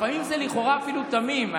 לפעמים זה לכאורה אפילו תמים.